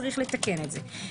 צריך לתקן את זה.